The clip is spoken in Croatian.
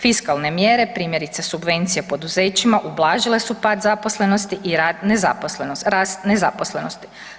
Fiskalne mjere, primjerice subvencije poduzećima ublažile su pad zaposlenosti i rast nezaposlenosti.